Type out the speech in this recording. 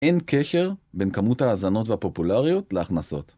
אין קשר בין כמות האזנות והפופולריות להכנסות.